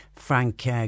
Frank